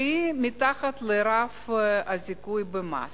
שהיא מתחת לרף הזיכוי במס.